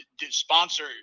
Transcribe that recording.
sponsor